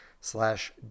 slash